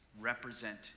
represent